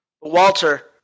Walter